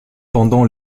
pendant